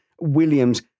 Williams